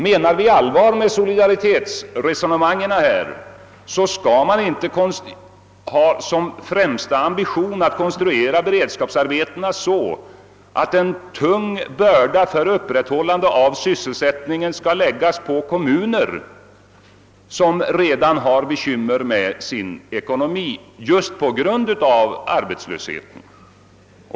Menar man allvar med = =:solidaritetsresonemanget skall man inte ha som främsta ambition att konstruera beredskapsarbetena så, att en tung börda för upprätthållande av sysselsättningen läggs på kommuner som redan har bekymmer med sin ekonomi just på grund av arbetslösheten.